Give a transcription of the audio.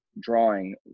drawing